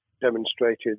demonstrated